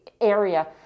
area